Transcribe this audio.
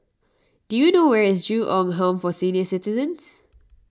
do you know where is Ju Eng Home for Senior Citizens